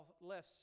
less